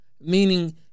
Meaning